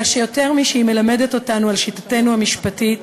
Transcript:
אלא שיותר משהיא מלמדת אותנו על שיטתנו המשפטית,